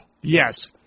Yes